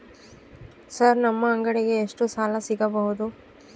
Sir ನಮ್ಮ ಅಂಗಡಿಗೆ ಎಷ್ಟು ಸಾಲ ಸಿಗಬಹುದು?